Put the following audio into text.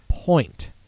Point